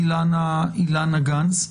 אילנה גנס.